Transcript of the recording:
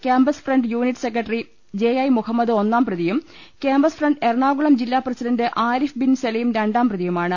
campus front unit secretary J I Muhammad ഒന്നാം പ്രതിയും campus front Ernakulam ജില്ലാ പ്രസിഡണ്ട് ആരിഫ് ബിൻ സലീം രണ്ടാം പ്രതിയുമാണ്